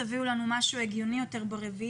תביאו לנו משהו הגיוני יותר ב-4 באוקטובר